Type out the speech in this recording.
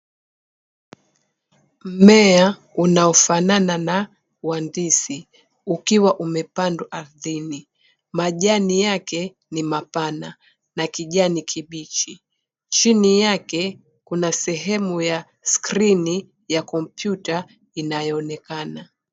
Mmea unaofanana na uandisi ukiwa umepandwa ardhini, majani yake ni mapana na kijani kibichi. Chini yake kuna sehemu ya skrini ya kompyuta inayoonekana.